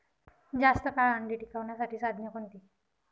जास्त काळ अंडी टिकवण्यासाठी साधने कोणती?